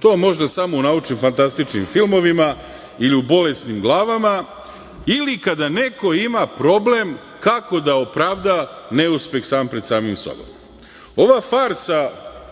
To može samo u naučno-fantastičnim filmovima ili u bolesnim glavama ili kada neko ima problem kako da opravda neuspeh sam pred samim sobom. Ova farsa